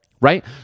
right